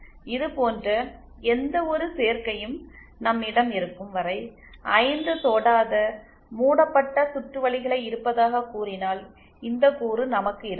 இதுபோன்ற எந்தவொரு சேர்க்கையும் நம்மிடம் இருக்கும் வரை 5 தொடாத மூடப்பட்ட சுற்றுவழிகளை இருப்பதாகக் கூறினால் இந்த கூறு நமக்கு இருக்கும்